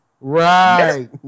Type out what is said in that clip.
right